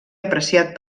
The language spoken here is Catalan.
apreciat